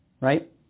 right